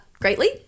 greatly